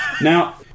Now